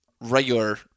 regular